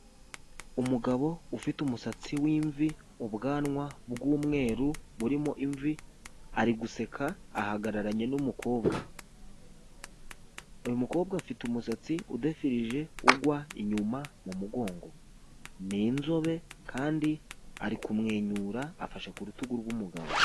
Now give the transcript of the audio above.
Umugabo ufite umusatsi w'imvi, ubwanwa bw'umweru burimo imvi ari guseka ahagararanye n'umukobwa, uyu mukobwa afite umusatsi udefirije ugwa inyuma mu mugongo, ni inzobe kandi ari kumwenyura afashe ku rutugu rw'umugabo.